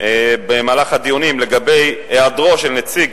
במהלך הדיונים לגבי היעדרו של נציג